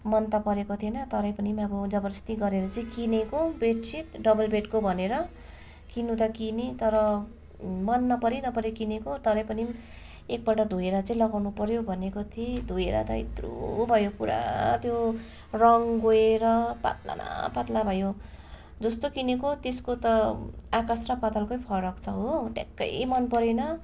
मन त परेको थिएन तरै पनि अब जबरजस्ती गरेर चाहिँ किनेको बेड सिट डबल बेडको भनेर किन्नु त किने तर मन नपरि नपरि किनेको तर पनि एकपल्ट धोएर चाहिँ लगाउनु पर्यो भनेको थिएँ धोएर इत्रु भयो पुरा त्यो रङ् गएर पातला न पातला भयो जस्तो किनेको त्यसको त आकाश र पातालकै फरक छ हो ट्याक्कै मन परेन